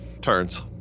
turns